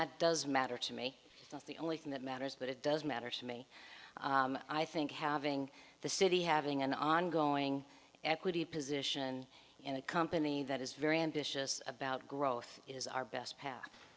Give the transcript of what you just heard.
that does matter to me that's the only thing that matters but it does matter to me i think having the city having an ongoing equity position in a company that is very ambitious about growth is our best path